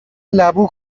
لبو